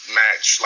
match